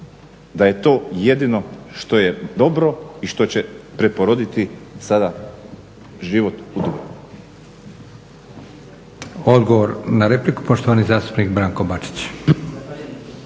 da je to jedino što je dobro i što će preporoditi sada život u